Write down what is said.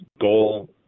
goal